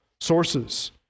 sources